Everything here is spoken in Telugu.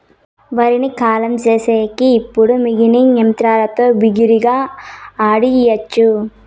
వరిని కల్లం చేసేకి ఇప్పుడు విన్నింగ్ యంత్రంతో బిరిగ్గా ఆడియచ్చు